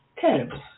Terrible